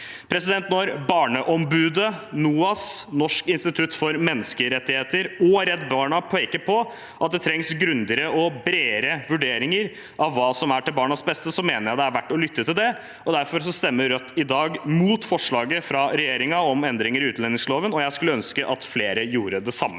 beste. Når Barneombudet, NOAS, Norges institutt for menneskerettigheter og Redd Barna peker på at det trengs grundigere og bredere vurderinger av hva som er til barnas beste, mener jeg det er verdt å lytte til det. Derfor stemmer Rødt i dag mot forslaget fra regjeringen om endringer i utlendingsloven, og jeg skulle ønske at flere gjorde det samme.